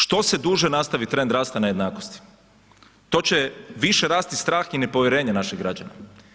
Što se duže nastavi trend rasta nejednakosti, to će više rasti strah i nepovjerenje našim građanima.